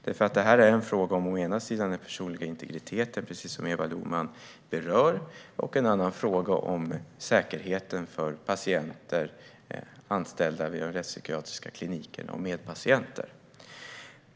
Det gäller nämligen å ena sidan den personliga integriteten, precis som Eva Lohman berör, å andra sidan säkerheten för patienter, anställda vid de rättspsykiatriska klinikerna och medpatienter.